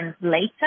later